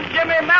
Jimmy